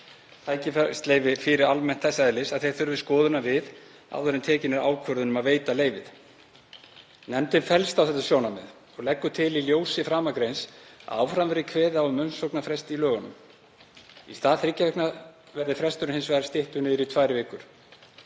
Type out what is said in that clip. tækifærisleyfi fyrir almennt þess eðlis að þeir þurfi skoðunar við áður en tekin er ákvörðun um að veita leyfið. Nefndin fellst á þetta sjónarmið og leggur til í ljósi framangreinds að áfram verði kveðið á um umsóknarfrest í lögunum. Í stað þriggja vikna verði fresturinn hins vegar styttur niður í tvær vikur.